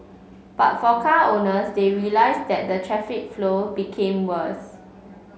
but for car owners they realised that the traffic flow became worse